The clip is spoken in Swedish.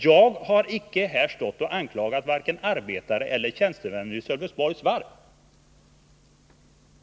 Jag har icke här stått och anklagat vare sig arbetare eller tjänstemän vid Sölvesborgs Varv.